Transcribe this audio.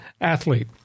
athlete